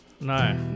No